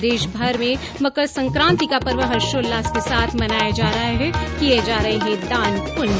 प्रदेशभर में मकर संक्रांति का पर्व हर्षोल्लास के साथ मनाया जा रहा है किए जा रहे है दान पुण्य